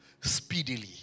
speedily